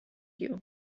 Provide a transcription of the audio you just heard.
you